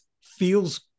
feels